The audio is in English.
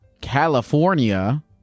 California